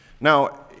Now